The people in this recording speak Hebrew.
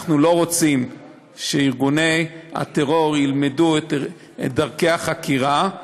ואנחנו לא רוצים שארגוני הטרור ילמדו את דרכי החקירה,